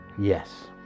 Yes